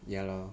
ya lor